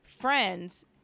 friends